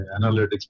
analytics